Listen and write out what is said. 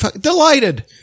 Delighted